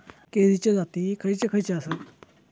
केळीचे जाती खयचे खयचे आसत?